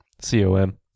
C-O-M